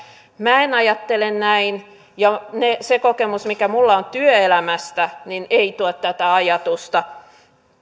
minä en ajattele näin ja se kokemus mikä minulla on työelämästä ei tue tätä ajatusta